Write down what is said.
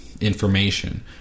information